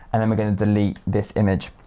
and then we're going to delete this image.